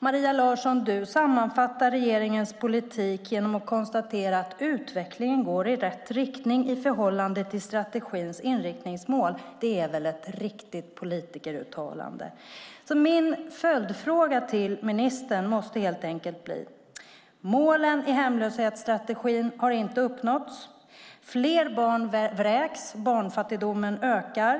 Maria Larsson sammanfattar regeringens politik genom att konstatera att utvecklingen går i rätt riktning i förhållande till strategins inriktningsmål. Det är väl ett riktigt politikeruttalande! Målen i hemlöshetsstrategin har inte uppnåtts. Fler barn vräks. Barnfattigdomen ökar.